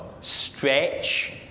stretch